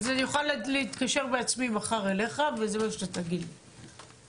אז אני יכולה להתקשר בעצמי מחר אליך וזה מה שאתה תגיד לי,